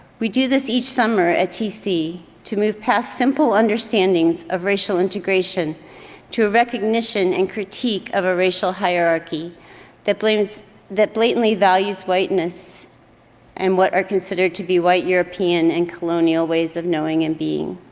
we do this each summer at tc to move past simple understandings of racial integration to recognition and critique of a racial hierarchy that blatantly that blatantly values whiteness and what are considered to be white european and colonial ways of knowing and being.